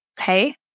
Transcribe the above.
Okay